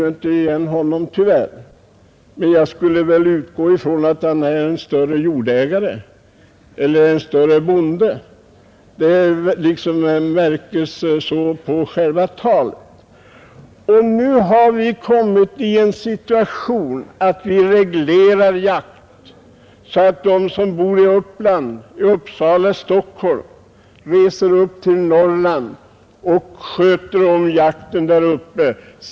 Jag känner inte honom tyvärr, men jag utgår ifrån att han är en större jordägare eller en större bonde — det märktes liksom på själva talet. Nu har vi som sagt kommit i den situationen att vi reglerar jakt, så att de som bor i Uppland — i Uppsala och i Stockholm — reser upp till Norrland och sköter om jakten där.